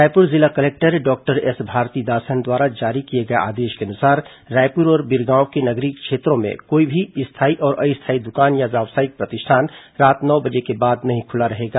रायपुर जिला collector doctor S Bharathidasan द्वारा जारी किए गए आदेश के अनुसार रायपुर और बिरगांव के नगरीय क्षेत्रों में कोई भी स्थायी और अस्थायी दुकान या व्यावसायिक प्रतिष्ठान रात नौ बजे के बाद नहीं खुला रहेगा